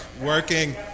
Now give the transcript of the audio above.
working